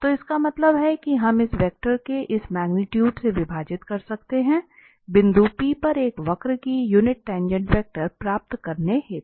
तो इसका मतलब है कि हम इस वेक्टर के इस मगनीटुडे से विभाजित कर सकते हैं बिंदु P पर एक वक्र की यूनिट टाँगेँटवेक्टर प्राप्त करने हेतु